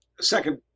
second